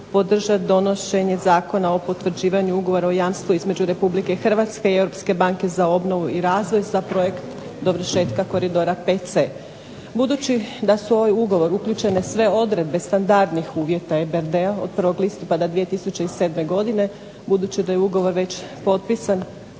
podržati donošenje Zakona o potvrđivanju ugovora o jamstvu između Republike Hrvatske i Europske banke za obnovu i razvoj za projekt dovršetka koridora VC. Budući da su u ovaj ugovor uključene sve odredbe standardnih uvjeta EBRD-a od 1. listopada 2007. godine. Budući da je ugovor već potpisan